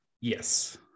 Yes